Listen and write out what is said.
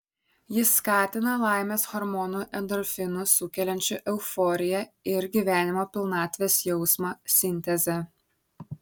jis skatina laimės hormonų endorfinų sukeliančių euforiją ir gyvenimo pilnatvės jausmą sintezę